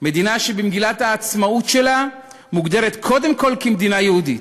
מדינה שבמגילת העצמאות שלה מוגדרת קודם כול כמדינה יהודית,